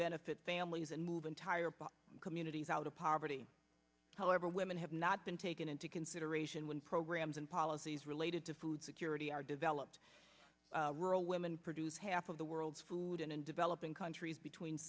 benefit families and move entire communities out of poverty however women have not been taken into consideration when programs and policies related to food security are developed rural women produce half of the world's food and in developing countries between